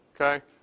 okay